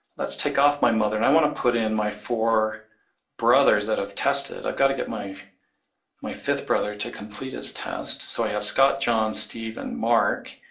let's take off my mother, and i wanna put in my four brothers that i've tested. i've gotta get my my fifth brother to complete his test. so i have scott, john, steve, and mark.